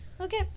Okay